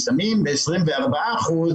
ספיקה מלאה ובני נוער,